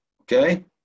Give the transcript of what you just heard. okay